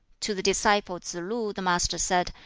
to the disciple tsz-lu the master said,